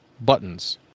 buttons